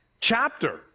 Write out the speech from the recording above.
chapter